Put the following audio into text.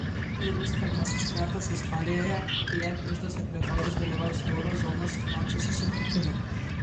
tai bus pirmasis kartas istorijoje kai jav iždo sekretorius dalyvaus euro zonos finansų susitikime